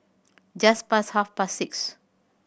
just past half past six